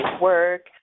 work